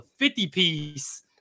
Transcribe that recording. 50-piece